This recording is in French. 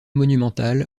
monumentale